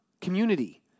community